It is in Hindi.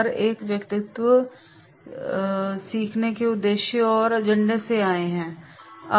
हर एक के व्यक्तिगत सीखने के उद्देश्य और एजेंडे हैं